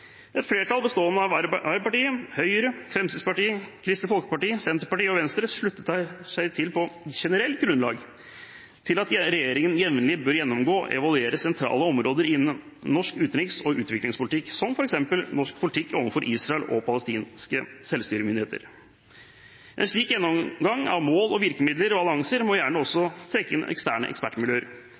Et flertall bestående av Arbeiderpartiet, Høyre, Fremskrittspartiet, Kristelig Folkeparti, Senterpartiet og Venstre slutter seg på generelt grunnlag til at regjeringen jevnlig bør gjennomgå og evaluere sentrale områder innen norsk utenriks- og utviklingspolitikk, som f.eks. norsk politikk overfor Israel og de palestinske selvstyremyndighetene. En slik gjennomgang av mål, virkemidler og allianser må gjerne også trekke inn eksterne ekspertmiljøer.